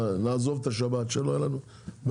נעזוב את השבת כדי שלא יהיו לנו בעיות.